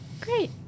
Great